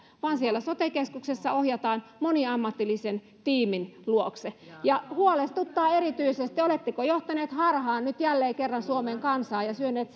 vaan siellä sote keskuksessa ohjataan moniammatillisen tiimin luokse huolestuttaa erityisesti oletteko johtaneet harhaan nyt jälleen kerran suomen kansaa ja syöneet